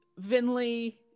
Vinley